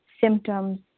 symptoms